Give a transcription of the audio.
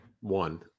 One